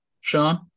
Sean